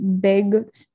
big